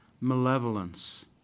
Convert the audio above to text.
malevolence